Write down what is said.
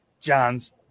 John's